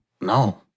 No